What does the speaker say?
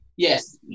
Yes